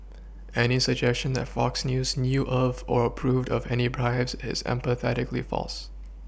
any suggestion that Fox news knew of or approved of any bribes is emphatically false